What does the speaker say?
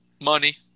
Money